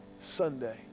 sunday